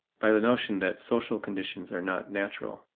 by the notion that social conditions are not natural.